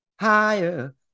higher